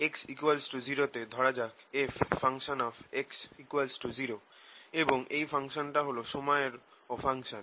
x 0 তে ধরা যাক fx0 এবং এই ফাংশনটা হল সময়ের ও ফাঙ্কশন